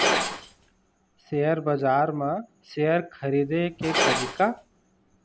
Share बजार म share खरीदे के तरीका?